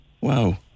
Wow